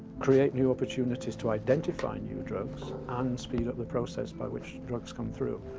create new opportunities to identify new drugs and speed up the process by which drugs come through.